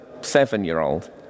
seven-year-old